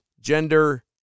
gender